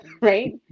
right